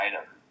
item